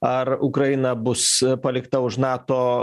ar ukraina bus palikta už nato